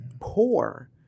poor